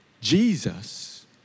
Jesus